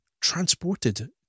transported